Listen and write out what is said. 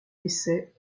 décès